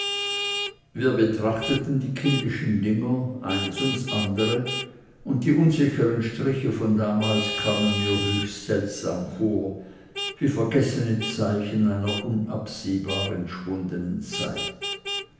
wir betrachteten die kindischen dinger eins ums andere und die unsicheren striche von damals kamen mir höchst seltsam vor wie vergessene zeichen einer unabsehbar entschwundenen zeit